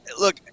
look